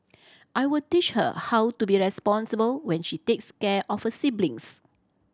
I will teach her how to be responsible when she takes care of her siblings